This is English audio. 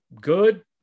good